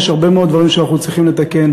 יש הרבה מאוד דברים שאנחנו צריכים לתקן.